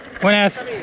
buenas